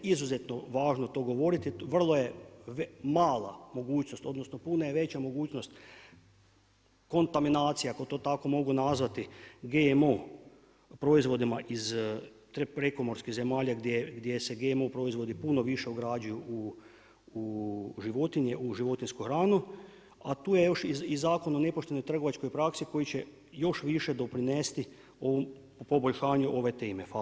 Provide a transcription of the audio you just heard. Izuzetno je važno to govoriti, vrlo je mala mogućnost, odnosno puno je veća mogućnost kontaminacija, ako to tako mogu nazvati, GMO, proizvodima iz prekomorskih zemalja, gdje se GMO proizvodi puno više ugrađuju u životinje, u životinjsku hranu, a tu je još i Zakon o nepoštenoj trgovačkoj praksi, koju će još više doprinesti ovom, poboljšanju ove teme